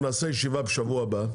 ישיבה בשבוע הבא,